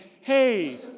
hey